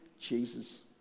Jesus